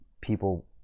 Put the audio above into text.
people